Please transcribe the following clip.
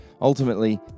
Ultimately